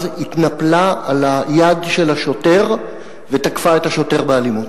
התנפלה על היד של השוטר ותקפה את השוטר באלימות,